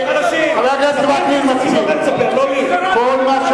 חבר הכנסת וקנין, חלשים, איזה גזירה, חבר